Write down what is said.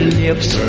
lips